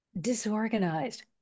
disorganized